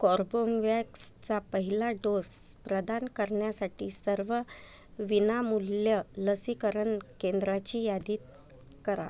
कॉर्पुनवॅक्सचा पहिला डोस प्रदान करण्यासाठी सर्व विनामूल्य लसीकरण केंद्रांची यादी करा